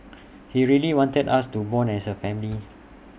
he really wanted us to Bond as A family